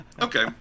okay